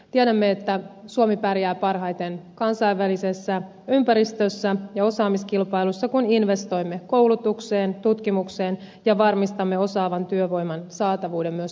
tiedämme että suomi pärjää parhaiten kansainvälisessä ympäristössä ja osaamiskilpailussa kun investoimme koulutukseen tutkimukseen ja varmistamme osaavan työvoiman saatavuuden myös tulevaisuudessa